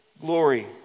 glory